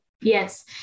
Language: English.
Yes